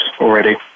already